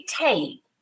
take